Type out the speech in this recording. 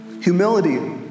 humility